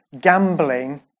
Gambling